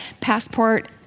passport